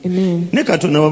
Amen